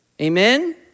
Amen